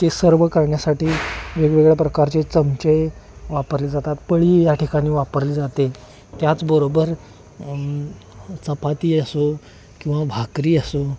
ते सर्व करण्यासाठी वेगवेगळ्या प्रकारचे चमचे वापरले जातात पळी या ठिकाणी वापरली जाते त्याचबरोबर चपाती असो किंवा भाकरी असो